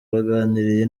baganiriye